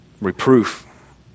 Reproof